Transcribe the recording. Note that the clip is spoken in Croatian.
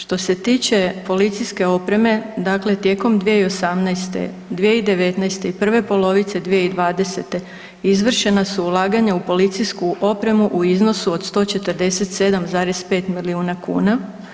Što se tiče policijske opreme, dakle tijekom 2018., 2019. i prve polovice 2020. izvršena su ulaganja u policijsku opremu u iznosu od 147,5 milijuna kuna.